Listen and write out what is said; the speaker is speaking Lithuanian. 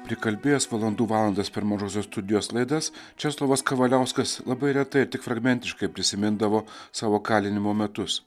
prikalbėjęs valandų valandas per mažosios studijos laidas česlovas kavaliauskas labai retai tik fragmentiškai prisimindavo savo kalinimo metus